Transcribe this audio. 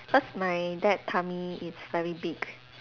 cause my dad tummy is very big